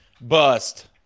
Bust